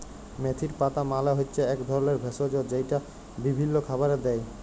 মেথির পাতা মালে হচ্যে এক ধরলের ভেষজ যেইটা বিভিল্য খাবারে দেয়